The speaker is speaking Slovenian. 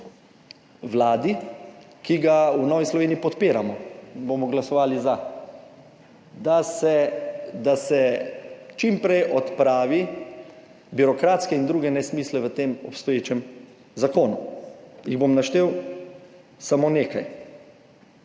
vladi, ki ga v Novi Sloveniji podpiramo, bomo glasovali za, da se čim prej odpravi birokratske in druge nesmisle v tem obstoječem zakonu. Jih bom naštel samo nekaj.